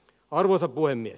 arvoisa puhemies